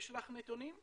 יש לך נתונים?